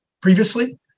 previously